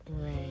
Right